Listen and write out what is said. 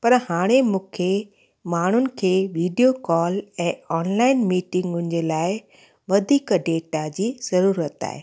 पर हाणे मूंखे माण्हुनि खे वीडियो कॉल ऐं ऑनलाइन मीटिंगुनि जे लाइ वधीक डेटा जी ज़रूरत आहे